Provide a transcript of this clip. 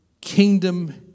kingdom